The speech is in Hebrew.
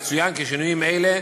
יצוין כי שינויים אלה